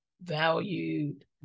valued